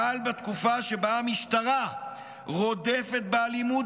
אבל בתקופה שבה המשטרה רודפת באלימות